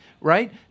right